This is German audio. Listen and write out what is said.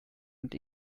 und